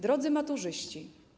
Drodzy Maturzyści!